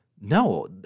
No